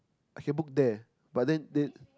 I can book there but then then